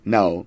Now